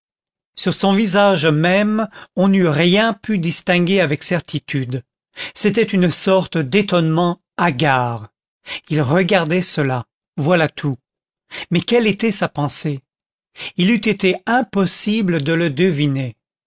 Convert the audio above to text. sur son visage même on n'eût rien pu distinguer avec certitude c'était une sorte d'étonnement hagard il regardait cela voilà tout mais quelle était sa pensée il eût été impossible de le deviner